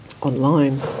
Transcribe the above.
online